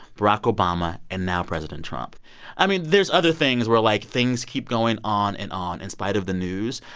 barack obama and now, president trump i mean, there's other things where, like, things keep going on and on in spite of the news.